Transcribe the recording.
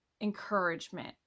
encouragement